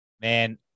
Man